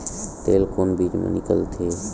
तेल कोन बीज मा निकलथे?